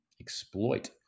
exploit